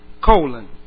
colon